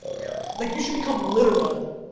yeah. like you should become literal,